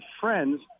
friends